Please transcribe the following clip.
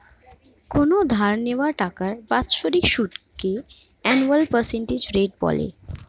কোনো ধার নেওয়া টাকার বাৎসরিক সুদকে অ্যানুয়াল পার্সেন্টেজ রেট বলে